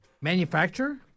Manufacturer